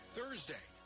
Thursday